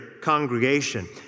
congregation